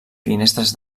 finestres